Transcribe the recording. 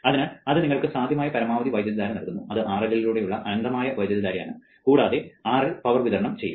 അതിനാൽ അത് നിങ്ങൾക്ക് സാധ്യമായ പരമാവധി വൈദ്യുതധാര നൽകുന്നു അത് RL ലൂടെയുള്ള അനന്തമായ വൈദ്യുതധാരയാണ് കൂടാതെ RL പവർ വിതരണം ചെയ്യും